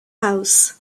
house